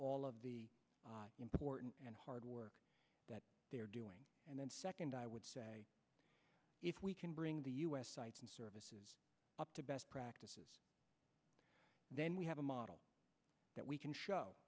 all of the important and hard work that they are doing and then second i would say if we can bring the u s services up to best practices then we have a model that we can show